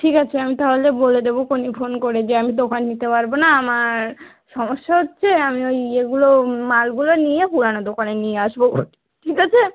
ঠিক আছে আমি তাহলে বলে দেবো ফোনে ফোন করে যে আমি দোকান নিতে পারব না আমার সমস্যা হচ্ছে আমি ওই ইয়েগুলো মালগুলো নিয়ে পুরনো দোকানে নিয়ে আসব ঠিক আছে